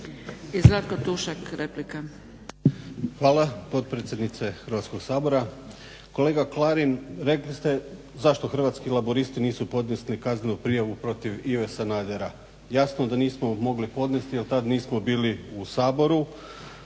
Stranka rada)** Hvala potpredsjednice Hrvatskog sabora. Kolega Klarin, rekli ste zašto Hrvatski laburisti nisu podnesli kaznenu prijavu protiv Ive Sanadera. Jasno da nismo mogli podnesti jer tad nismo bili u Saboru,